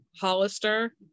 Hollister